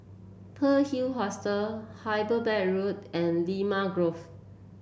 Pearl Hill Hostel Hyderabad Road and Limau Grove